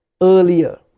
earlier